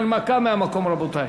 הנמקה מהמקום, רבותי.